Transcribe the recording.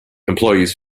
employees